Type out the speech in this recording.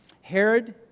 Herod